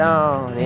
on